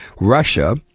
Russia